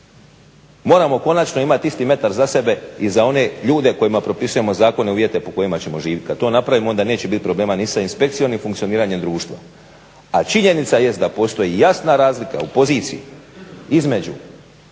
Moramo konačno imati isti metar za sebe i za one ljude kojima propisujemo zakone, uvjete po kojima ćemo živjeti. Kada to napravimo onda neće biti problema ni sa inspekcijom ni funkcioniranjem društva. A činjenica jest da postoji jasna razlika u poziciji između